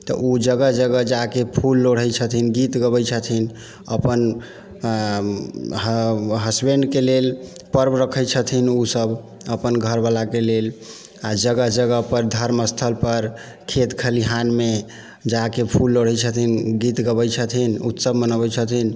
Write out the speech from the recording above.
तऽ उ जगह जगह जाके फूल लोढ़ै छथिन गीत गबै छथिन अपन हसबैंडके लेल पर्व रखै छथिन उ सब अपन घरवलाके लेल आओर जगह जगहपर धर्म स्थलपर खेत खलिहानमे जाके फूल लोढ़ै छथिन गीत गबै छथिन उत्सव मनबै छथिन